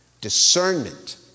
Discernment